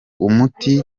umuti